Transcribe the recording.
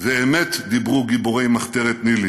ואמת דיברו גיבורי מחתרת ניל"י: